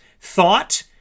thought